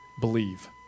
believe